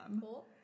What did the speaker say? Cool